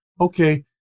okay